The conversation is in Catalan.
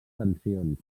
tensions